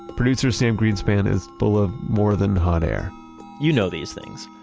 producer sam greenspan is full of more than hot air you know these things.